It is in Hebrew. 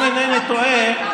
אם אינני טועה,